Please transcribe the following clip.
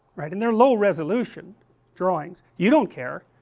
right and they are low resolution drawings you don't care,